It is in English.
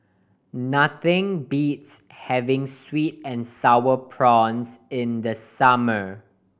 nothing beats having sweet and Sour Prawns in the summer